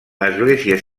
església